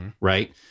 right